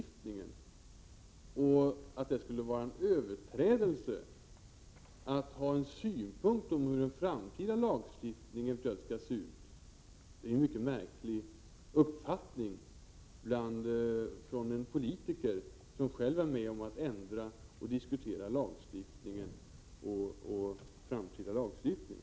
1987/88:129 Att det skall vara en överträdelse att ha en synpunkt på hur den framtida 30 maj 1988 lagstiftningen skall se ut är en mycket märklig uppfattning hos en politiker Öm ökatäntal kvinnor som själv är med om att ändra och diskutera vår framtida lagstiftning.